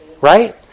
Right